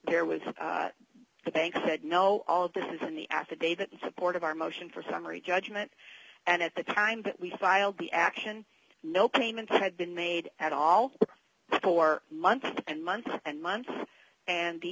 there was the bank said no all of this was in the affidavit in support of our motion for summary judgment and at the time that we filed the action no payment had been made at all for months and months and months and the